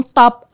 top